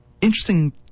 interesting